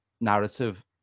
narrative